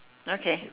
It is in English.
okay